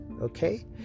Okay